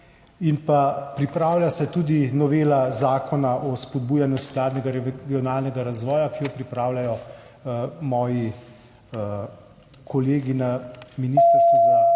Pripravlja se tudi novela Zakona o spodbujanju skladnega regionalnega razvoja, ki jo pripravljajo moji kolegi na Ministrstvu za